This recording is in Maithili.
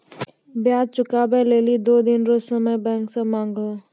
ब्याज चुकबै लेली दो दिन रो समय बैंक से मांगहो